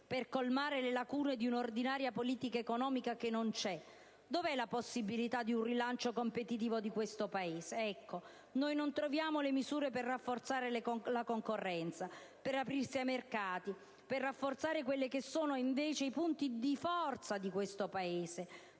per colmare le lacune di un'ordinaria politica economica che non c'è? Dov'è la possibilità di un rilancio competitivo di questo Paese? Noi non troviamo le misure per rafforzare la concorrenza, per aprirci ai mercati e per rafforzare i punti di forza di questo Paese.